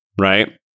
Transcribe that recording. right